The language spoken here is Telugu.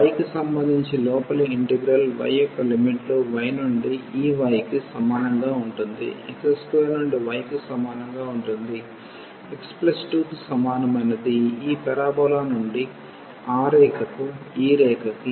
Y కి సంబంధించి లోపలి ఇంటిగ్రల్ y యొక్క లిమిట్లు y నుండి ఈ y కి సమానంగా ఉంటుంది x2 నుండి y కి సమానంగా ఉంటుంది x2 కు సమానమైనది ఈ పరబోలా నుండి ఆ రేఖకు ఈ రేఖకి